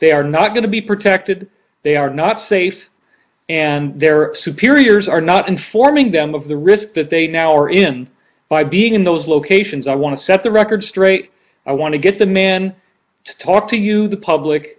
they are not going to be protected they are not safe and their superiors are not informing them of the risk that they now are in by being in those locations i want to set the record straight i want to get the man to talk to you the public